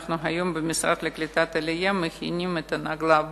אנחנו היום במשרד לקליטת עלייה מכינים את הנאגלה הבאה.